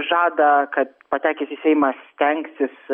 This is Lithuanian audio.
žada kad patekęs į seimą stengsis